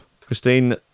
Christine